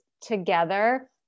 together